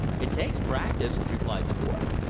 it takes practice, replied the boy.